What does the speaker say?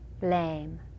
blame